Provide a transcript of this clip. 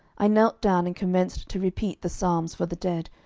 i knelt down and commenced to repeat the psalms for the dead,